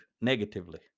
negatively